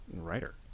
writer